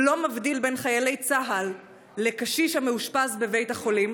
שלא מבדיל בין חיילי צה"ל לקשיש המאושפז בבית חולים.